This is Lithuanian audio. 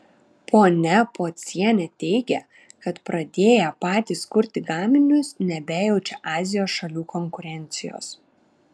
ponia pocienė teigia kad pradėję patys kurti gaminius nebejaučia azijos šalių konkurencijos